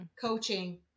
coaching